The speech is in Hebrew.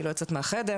לא יוצאת מהחדר.